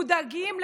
מודאגים,